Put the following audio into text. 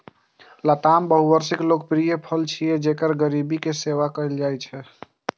लताम बहुवार्षिक लोकप्रिय फल छियै, जेकरा गरीबक सेब कहल जाइ छै